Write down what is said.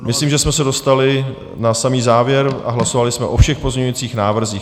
Myslím, že jsme se dostali na samý závěr a hlasovali jsme o všech pozměňujících návrzích.